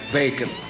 bacon